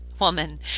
woman